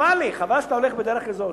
חבל לי, חבל שאתה הולך בדרך כזאת.